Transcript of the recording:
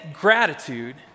gratitude